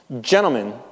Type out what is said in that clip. gentlemen